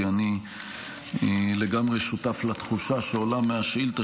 כי אני לגמרי שותף לתחושה שעולה מהשאילתה